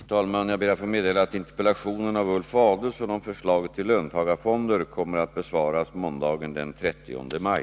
Fru talman! Jag ber att få meddela att interpellationen av Ulf Adelsohn om förslaget till löntagarfonder kommer att besvaras måndagen den 30 maj.